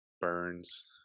Burns